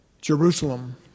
Jerusalem